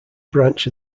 branch